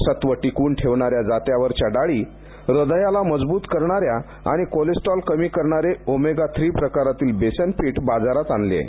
सत्व टिकवून ठेवणाऱ्या जात्यावरच्या डाळी हृदयाला मजबूत करणारे आणि कोलेस्ट्रॉल कमी करणारे ओमेगा थ्री प्रकारातील बेसन पीठ बाजारात आणलय